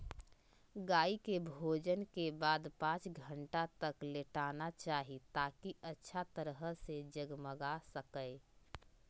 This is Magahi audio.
गाय के भोजन के बाद पांच घंटा तक लेटना चाहि, ताकि अच्छा तरह से जगमगा सकै